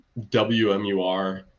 WMUR